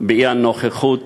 באי-נוכחות